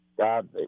God